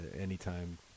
anytime